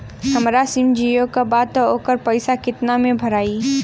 हमार सिम जीओ का बा त ओकर पैसा कितना मे भराई?